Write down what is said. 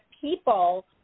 people